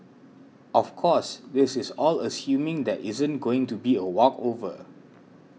of course this is all assuming there isn't going to be a walkover